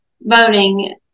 Voting